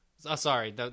sorry